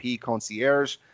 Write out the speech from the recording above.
concierge